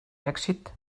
èxit